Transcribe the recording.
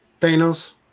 Thanos